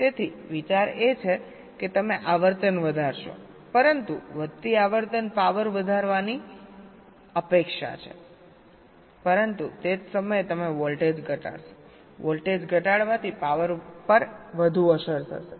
તેથી વિચાર એ છે કે તમે આવર્તન વધારશો પરંતુ વધતી આવર્તન પાવર વધારવાની અપેક્ષા છે પરંતુ તે જ સમયે તમે વોલ્ટેજ ઘટાડશોવોલ્ટેજ ઘટવાથી પાવર પર વધુ અસર થશે